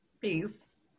Peace